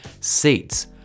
seats